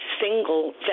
single